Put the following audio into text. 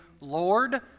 Lord